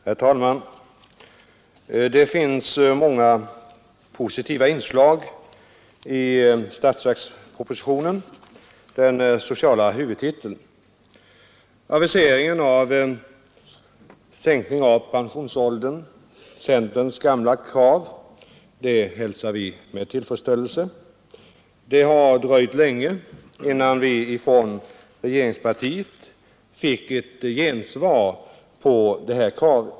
Herr talman! Det finns många positiva inslag i socialhuvudtiteln i statsverkspropositionen. Aviseringen av en sänkning av pensionsåldern — centerns gamla krav — hälsar vi med tillfredsställelse. Det har dröjt länge innan vi fick ett gensvar från regeringspartiet på detta krav.